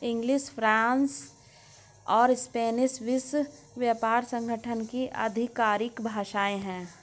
English, French और Spanish विश्व व्यापार संगठन की आधिकारिक भाषाएं है